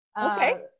Okay